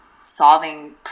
solving